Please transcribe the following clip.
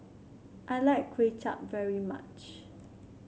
I like Kway Chap very much